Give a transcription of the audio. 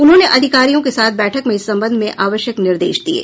उन्होंने अधिकारियों के साथ बैठक में इस संबंध में आवश्यक निर्देश दिये